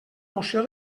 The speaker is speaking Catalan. moció